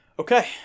Okay